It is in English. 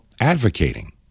advocating